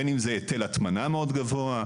בין אם זה היטל הטמנה מאוד גבוה,